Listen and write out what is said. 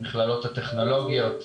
המכללות הטכנולוגיות,